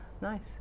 nice